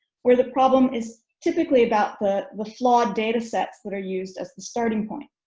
where the problem is typically about the the flawed datasets that are used as the starting point.